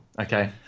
Okay